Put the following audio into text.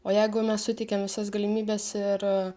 o jeigu mes suteikiam visas galimybes ir